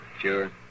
Sure